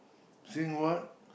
sing what